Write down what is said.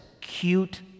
cute